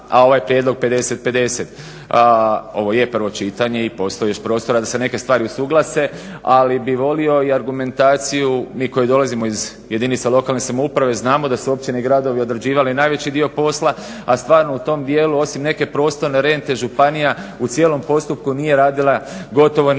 a ovaj prijedlog 50:50. Ovo je prvo čitanje i postoji još prostora da se neke stvari usuglase. Ali bih volio i argumentaciju mi koji dolazimo iz jedinica lokalne samouprave znamo da se općine i gradovi odrađivali najveći dio posla, a stvarno u tom dijelu osim neke prostorne rente županija u cijelom postupku nije radila gotovo ništa.